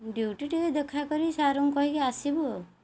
duty ଟିକେ ଦେଖା କରି ସାର୍ଙ୍କୁ କହିକି ଆସିବୁ ଆଉ